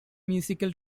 musical